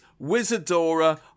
Wizardora